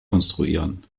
konstruieren